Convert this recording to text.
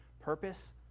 Purpose